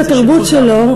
הלכתיים,